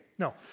No